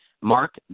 Mark